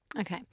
Okay